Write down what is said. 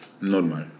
normal